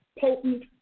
potent